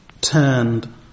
turned